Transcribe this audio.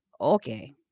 Okay